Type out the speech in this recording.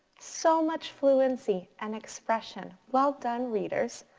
so much fluency and expression. well done readers.